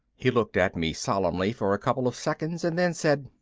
he looked at me solemnly for a couple of seconds and then said,